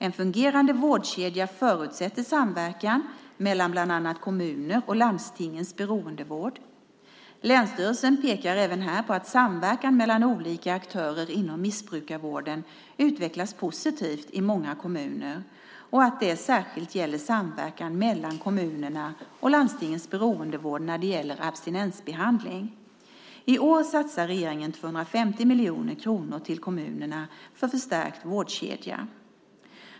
En fungerande vårdkedja förutsätter samverkan mellan bland annat kommunerna och landstingens beroendevård. Länsstyrelserna pekar även här på att samverkan mellan olika aktörer inom missbrukarvården utvecklas positivt i många kommuner och att det särskilt gäller samverkan mellan kommunerna och landstingens beroendevård när det gäller abstinensbehandling. I år satsar regeringen 250 miljoner kronor till kommunerna för förstärkt vårdkedja.